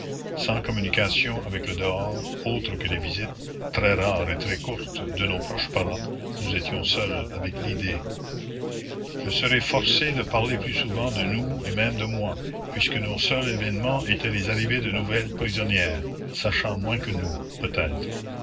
sans communications avec le dehors autres que les visites très rares et très courtes de nos proches parents nous étions seules avec l'idée je serai forcée de parler plus souvent de nous et même de moi puisque nos seuls événements étaient les arrivées de nouvelles prisonnières sachant moins que nous peut-être